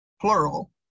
plural